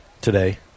today